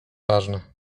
ważne